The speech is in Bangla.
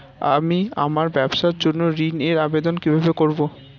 আমি আমার ব্যবসার জন্য ঋণ এর আবেদন কিভাবে করব?